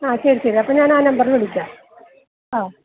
ആ ശരി ശരി അപ്പം ഞാൻ ആ നമ്പറിൽ വിളിക്കാം ഓ